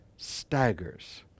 staggers